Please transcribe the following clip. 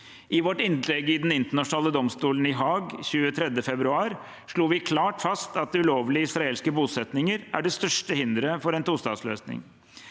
I vårt innlegg i Den internasjonale domstolen i Haag den 23. februar slo vi klart fast at ulovlige israelske bosettinger er det største hinderet for en tostatsløsning.